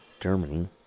Germany